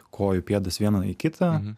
kojų pėdas vieną į kitą